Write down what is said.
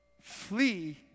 flee